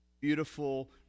beautiful